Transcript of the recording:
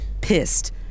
Pissed